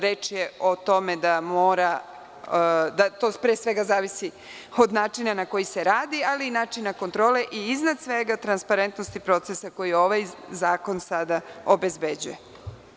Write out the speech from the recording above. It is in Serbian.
Reč je o tome da to pre svega zavisi od načina na koji se radi, ali i načina kontrole i iznad svega transparentnosti procesa koju ovaj zakon sada obezbeđuje.